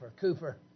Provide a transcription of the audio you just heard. Cooper